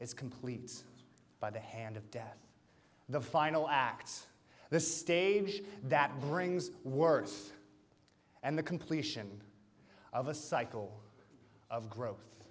is complete by the hand of death the final acts the stage that brings worse and the completion of a cycle of gro